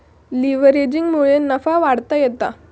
लीव्हरेजिंगमुळे नफा वाढवता येता